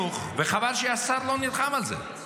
חס ושלום, אף אחד לא יכול להגיד